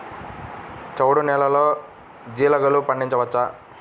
చవుడు నేలలో జీలగలు పండించవచ్చా?